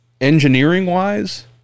Engineering-wise